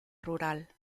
rural